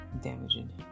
damaging